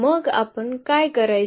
मग आपण काय करायचे